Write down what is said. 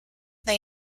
they